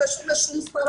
מה